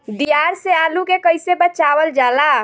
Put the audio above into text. दियार से आलू के कइसे बचावल जाला?